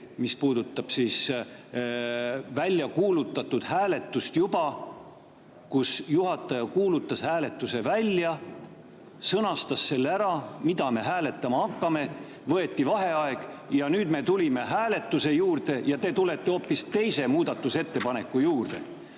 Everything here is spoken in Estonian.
teine puudutab juba välja kuulutatud hääletust. Juhataja kuulutas hääletuse välja, sõnastas selle ära, mida me hääletama hakkame, võeti vaheaeg ja nüüd me tulime hääletuse juurde ja te tulite hoopis teise ettepaneku juurde.